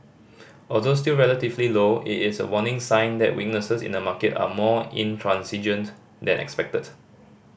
although still relatively low it is a warning sign that weaknesses in the market are more intransigent than expected